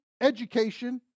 education